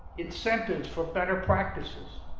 incentives for better practices